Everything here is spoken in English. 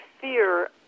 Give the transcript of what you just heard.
fear